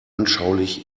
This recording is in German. anschaulich